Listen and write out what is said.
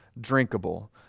drinkable